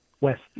west